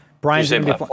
Brian